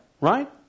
right